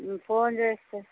phone చేస్తే